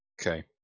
Okay